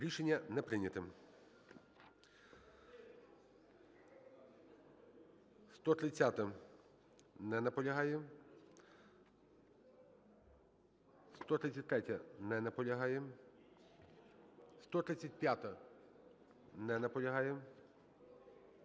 Рішення не прийнято.